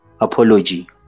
apology